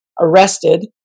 arrested